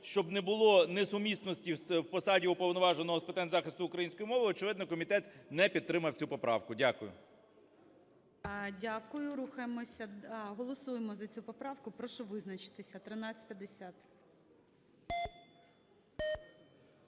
щоб не було несумісності в посаді Уповноваженого з питань захисту української мови, очевидно, комітет не підтримав цю поправку. Дякую. ГОЛОВУЮЧИЙ. Дякую. Рухаємося… А, голосуємо за цю поправку. Прошу визначитися, 1350.